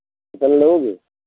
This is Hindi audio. कल लेंगे